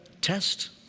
test